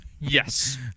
Yes